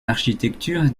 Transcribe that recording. architecture